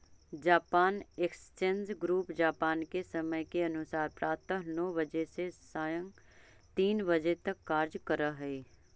Japan exchange group Japan के समय के अनुसार प्रातः नौ बजे से सायं तीन बजे तक कार्य करऽ हइ